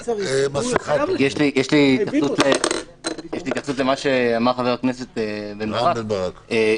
יש לי התייחסות למה שאמר חבר הכנסת בן ברק.